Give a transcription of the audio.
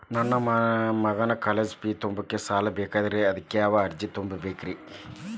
ನನ್ನ ಮಗನ college fee ತುಂಬಲಿಕ್ಕೆ ಸಾಲ ಬೇಕಾಗೆದ್ರಿ ಅದಕ್ಯಾವ ಅರ್ಜಿ ತುಂಬೇಕ್ರಿ?